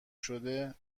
شده